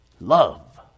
Love